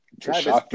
Travis